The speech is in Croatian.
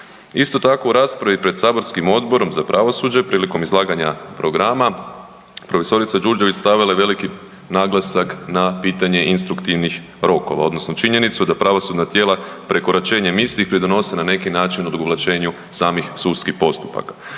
Isto tako, u raspravi pred saborskim Odborom za pravosuđe prilikom izlaganja programa prof. Đurđević stavila je veliki naglasak na pitanje instruktivnih rokova odnosno činjenicu da pravosudna tijela prekoračenjem istih pridonose na neki način odugovlačenju samih sudskih postupaka.